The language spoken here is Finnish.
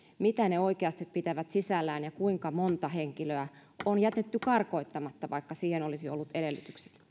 mitä ne oikeasti pitävät sisällään ja kuinka monta henkilöä on jätetty karkottamatta vaikka siihen olisi ollut edellytykset